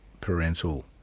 parental